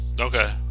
Okay